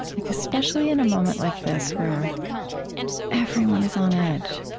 like especially in a moment like this, where everyone is on edge,